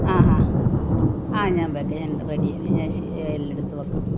ആ ഹാ ആ ഞാന് വെയ്ക്കാം ഞാന് റെഡി ഞാന് ശ എല്ലാമെടുത്ത് വെയ്ക്കാം